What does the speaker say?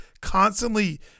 constantly